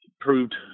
proved